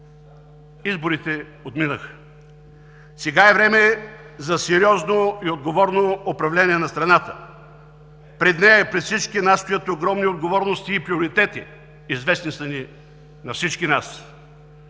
изборите отминаха – сега е време за сериозно и отговорно управление на страната. Пред нея, пред всички нас стоят огромни отговорности и приоритети. Известни са ни на всички нас.